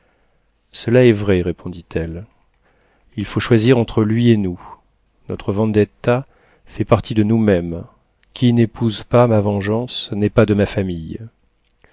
cela est vrai répondit-elle il faut choisir entre lui et nous notre vendetta fait partie de nous-mêmes qui n'épouse pas ma vengeance n'est pas de ma famille